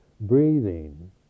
breathing